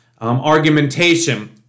argumentation